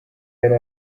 yari